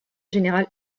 général